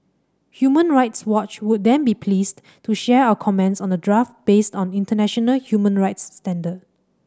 Human Rights Watch would then be pleased to share our comments on the draft based on international human rights standard